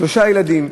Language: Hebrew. שלושה ילדים,